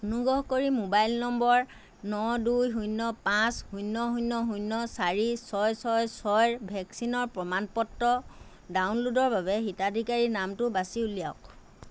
অনুগ্ৰহ কৰি mobile number ন দুই শূন্য পাঁচ শূন্য শূন্য শূন্য চাৰি ছয় ছয় ছয়ৰ ভেকচিনৰ প্ৰমাণ পত্ৰ ডাউনল'ডৰ বাবে হিতাধিকাৰীৰ নামটো বাছি উলিয়াওক